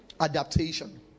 adaptation